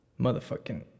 motherfucking